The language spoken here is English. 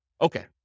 Okay